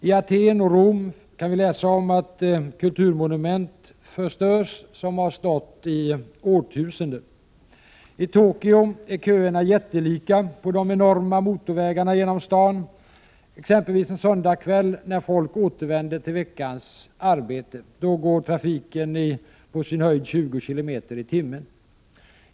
I Aten och Rom förstörs kulturmonument som har stått i årtusenden. I Tokyo är köerna jättelika på de enorma motorvägarna genom staden, exempelvis en söndagskväll när folk återvänder till veckans arbete. Då går trafiken på sin höjd 20 km i timmen.